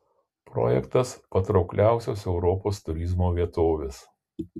projektas patraukliausios europos turizmo vietovės